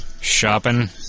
shopping